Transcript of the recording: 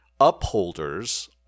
upholders